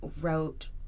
wrote